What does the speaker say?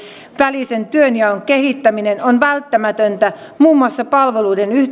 välisen työnjaon kehittäminen on välttämätöntä muun muassa palveluiden